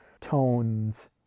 tones